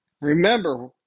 Remember